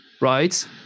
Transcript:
right